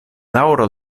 daŭro